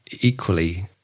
equally